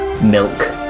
milk